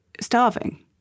starving